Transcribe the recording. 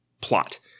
plot